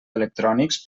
electrònics